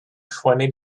twenty